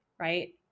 right